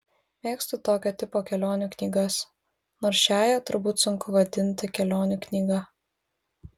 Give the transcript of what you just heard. mėgstu tokio tipo kelionių knygas nors šiąją turbūt sunku vadinti kelionių knyga